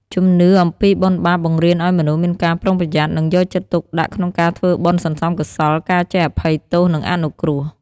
ជំនឿ អំពីបុណ្យបាបបង្រៀនឲ្យមនុស្សមានការប្រុងប្រយ័ត្ន និងយកចិត្តទុកដាក់ក្នុងការធ្វើបុណ្យសន្សំកុសល ការចេះអភ័យទោស និងអនុគ្រោះ។